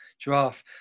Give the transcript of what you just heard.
giraffe